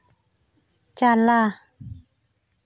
ᱪᱟᱞᱟ